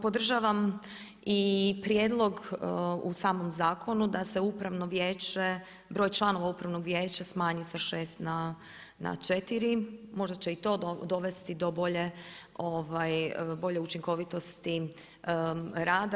Podržavam i prijedlog u samom zakonu, da se upravno vijeće, broj članova upravnog vijeća smanji sa 6 na 4, možda će i to dovesti do bolje učinkovitosti rada.